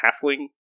halfling